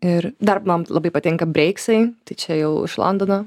ir dar man labai patinka breiksai tai čia jau iš londono